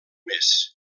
més